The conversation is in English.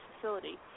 facility